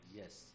yes